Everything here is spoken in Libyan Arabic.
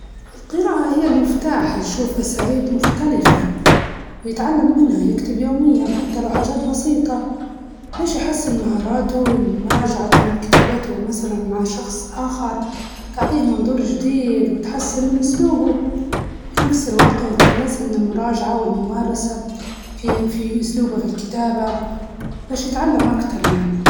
نقول القراءة هي المفتاح، يشوف أساليب مختلفة ويتعلم منها، مثلا يكتب كل يوم حتى لو حاجات صغيرة شوية بسيطة بيش يحسن المهارات بتاعه، وبعدين يراجع الحاجات اللي كتبها مع شخص تاني باش يعطيه هيك فكرة مختلفة، فكرة جديدة، و و يتحسن الأسلوب بتاعه.